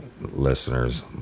listeners